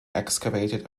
excavated